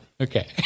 Okay